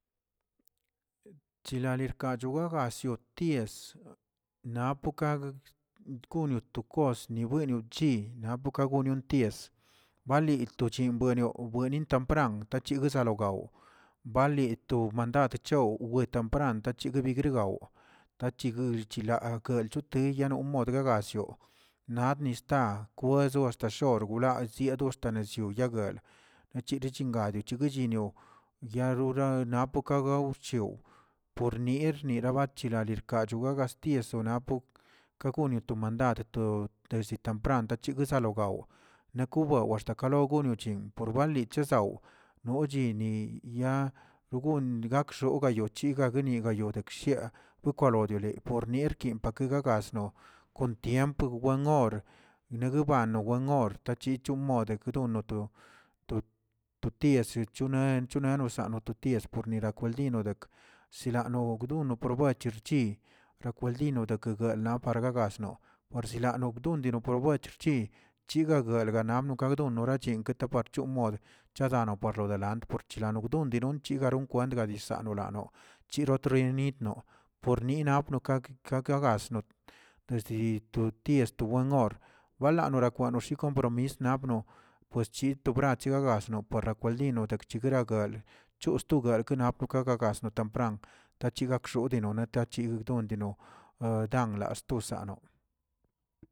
Chilalirchagogak sioties kono to guiwsniuchi toka gono ties balit to cin buen o buenin tempran chiszologaw balid mandad chaw tampra tachiguibigrigaw tachiguir chilaa kelchote yanomod gagallioꞌ nab nista bues hasta shor wla sio stadonesh yaguel echiricihnga chetiguichi yarora napo ka gauch por nir niraba chilari rkachogak stieso napo ka gonio to mandad lo desde temprante tachiguizilogaw na to baw axta kanogunichin wali chezaw nochini ya no gon, gak royagochiga no yago dekshieꞌ wkalodelie por eki degagasno kon tiempo wenor naguebabano wenor tachichomode kedonno to- to- to ties echone, chone nosano toties pornilo kwandinodek sinalo gdono prob yachirchi rakwaldino deke gal nap gagazno orsinaldo ptundi por buer chi chigagaldonab kagdol norachim taparchim modə yarano parno delante por chilano gdon dinont chigaro kwent daa dizan lano chirotrenitno porni nabno k- ke- kegasno desdi to tisdoweor walanorakwanoxi kompromis nabno pues chito brachiogagasno parakwaldino dakchikinigraul chosto grap kenapaka gagasno tempran tachigaxodenoneno tachi dondeno awlandostasano.